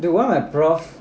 why my professor